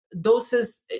Doses